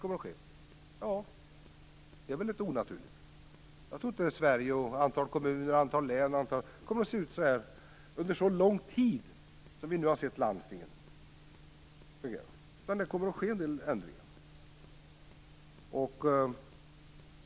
Jag tror inte att de svenska kommunerna, länen osv. kommer att vara oförändrade under så lång tid, utan det kommer att ske en del ändringar.